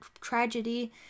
tragedy